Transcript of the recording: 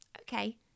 Okay